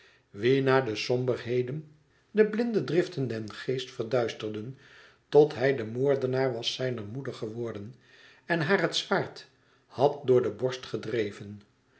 na de somberheden de blinde driften den geest verduisterden tot hij de moordenaar was zijner moeder geworden en haar het zwaard had door de borst gedreven